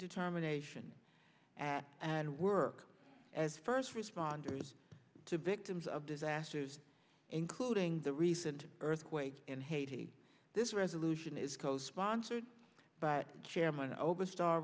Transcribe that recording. determination at and work as first responders to victims of disasters including the recent earthquake in haiti this resolution is co sponsored but chairman over star